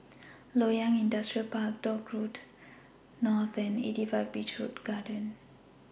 Loyang Industrial Park Dock Road North and eighty five Beach Garden Hotel